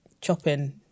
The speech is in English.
chopping